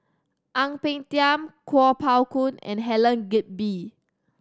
Ang Peng Tiam Kuo Pao Kun and Helen Gilbey